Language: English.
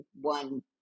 one